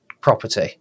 property